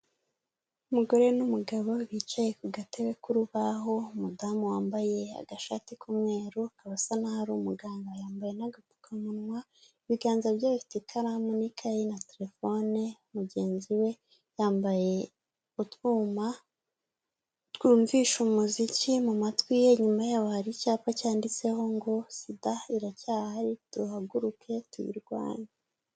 Umugore n'umugabo bicaye ku gatebe k'urubaho, umudamu wambaye agashati k'umweru akaba asa naho ari umuganga, yambaye n'agapfukamunwa. Ibiganza bye ikaramu n'ikayi na telefone, mugenzi we yambaye utwuma twumvisha umuziki mu matwi ye. Inyuma yabo hari icyapa cyanditseho ngo sida iracyahari, duhaguruke tuyirwanye.